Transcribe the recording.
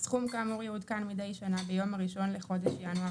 הסכום כאמור יעודכן מדי שנה ביום הראשון לחודש ינואר